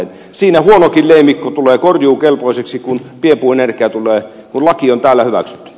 siinä huonokin leimikko tulee korjuukelpoiseksi kun pienpuuenergialaki on täällä hyväksytty